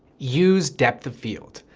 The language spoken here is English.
use depth of field.